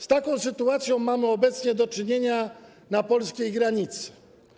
Z taką sytuacją mamy obecnie do czynienia na polskiej granicy.